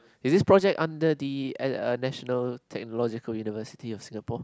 is this project under the National Technological University of Singapore